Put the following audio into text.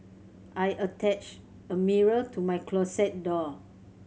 I attached a mirror to my closet door